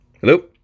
Hello